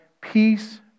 peace